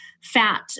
fat